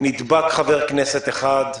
נדבק חבר כנסת אחד,